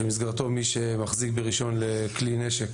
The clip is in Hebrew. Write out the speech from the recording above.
שבמסגרתו מי שמחזיק ברישיון לכלי נשק